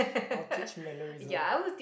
I will teach mannerism